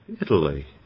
Italy